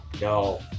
no